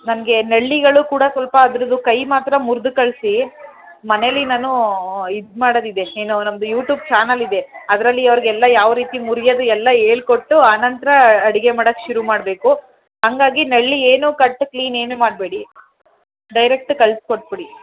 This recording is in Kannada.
ನನಗೆ ನಳ್ಳಿಗಳು ಕೂಡ ಸ್ವಲ್ಪ ಅದ್ರದ್ದು ಕೈ ಮಾತ್ರ ಮುರ್ದು ಕಳಿಸಿ ಮನೇಲಿ ನಾನು ಇದು ಮಾಡೋದಿದೆ ಏನು ನಮ್ದು ಯುಟ್ಯೂಬ್ ಚಾನಲ್ ಇದೆ ಅದರಲ್ಲಿ ಅವ್ರಿಗೆಲ್ಲ ಯಾವರೀತಿ ಮುರಿಯೋದು ಎಲ್ಲ ಹೇಳ್ಕೊಟ್ಟು ಆ ನಂತರ ಅಡುಗೆ ಮಾಡೋಕ್ ಶುರು ಮಾಡಬೇಕು ಹಂಗಾಗಿ ನಳ್ಳಿ ಏನು ಕಟ್ ಕ್ಲೀನ್ ಏನು ಮಾಡಬೇಡಿ ಡೈರೆಕ್ಟ್ ಕಳಿಸ್ಕೊಟ್ಬಿಡಿ